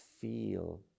feel